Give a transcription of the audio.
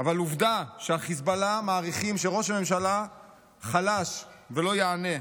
אבל עובדה שהחיזבאללה מעריכים שראש הממשלה חלש ולא יענה.